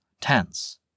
tense